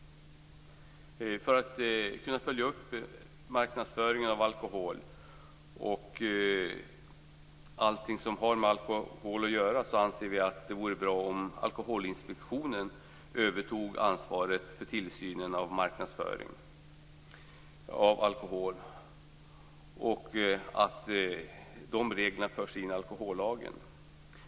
För att man skall kunna följa upp marknadsföringen av alkohol och allt som har med alkohol att göra, anser vi att det vore bra om Alkoholinspektionen övertog ansvaret för tillsynen av marknadsföring av alkohol och att de reglerna förs in i alkohollagen.